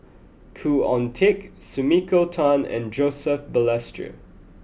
Khoo Oon Teik Sumiko Tan and Joseph Balestier